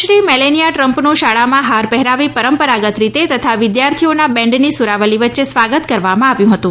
Shri Melania ટ્રમ્પનું શાળામાં હાર પહેરાવી પરંપરાગત રીતે તથા વિદ્યાર્થીઓના બેન્ડની સુરાવલી વચ્ચે સ્વાગત કરવામાં આવ્યું હતું